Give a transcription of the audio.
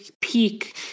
peak